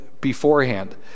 beforehand